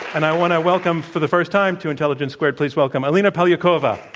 and i want to welcome for the first time to intelligence squared please welcome alina polyakova.